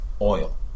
oil